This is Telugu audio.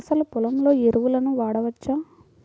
అసలు పొలంలో ఎరువులను వాడవచ్చా?